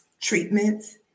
treatments